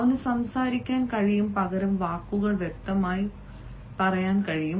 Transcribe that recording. അവന് സംസാരിക്കാൻ കഴിയും പകരം വാക്കുകൾ വ്യക്തമായി പറയാൻ കഴിയും